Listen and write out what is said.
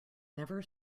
never